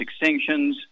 extinctions